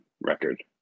record